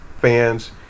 fans